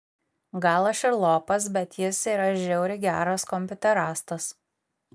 gal aš ir lopas bet jis yra žiauriai geras kompiuterastas